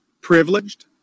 privileged